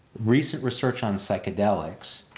recent research on psychedelics,